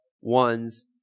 one's